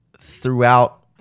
throughout